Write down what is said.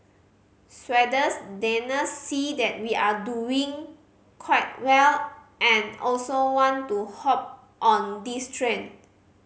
Swedes Danes see that we are doing quite well and also want to hop on this train